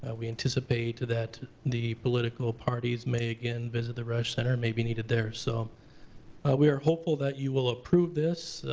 ah we anticipate that the political parties may again visit the resch center, may be needed there. so we are hopeful that you will approve this,